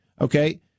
Okay